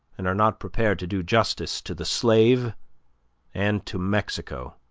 and are not prepared to do justice to the slave and to mexico,